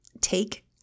Take